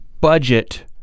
budget